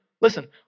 listen